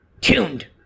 tuned